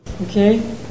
Okay